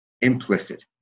implicit